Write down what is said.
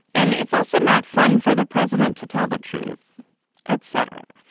and it's also not fun for the president to tell the truth et cetera.